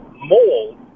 mold